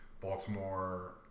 Baltimore